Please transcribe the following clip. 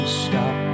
stop